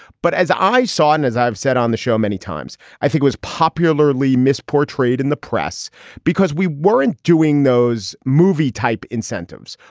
but as i saw in, as i've said on the show many times, i think was popularly misportrayed in the press because we weren't doing those movie type incentives.